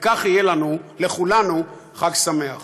וכך יהיה לנו, לכולנו, חג שמח.